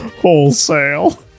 Wholesale